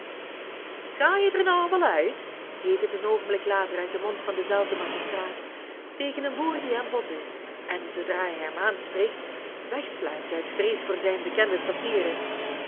je der nou al uit heet het een oogenblik later uit den mond van denzelfden magistraat tegen een boer die aan bod is en zoodra hij hem aanspreekt wegsluipt uit vrees voor zijne bekende